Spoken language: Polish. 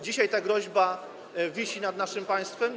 Dzisiaj ta groźba wisi nad naszym państwem.